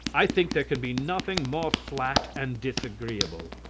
i think there can be nothing more flat and disagreeable.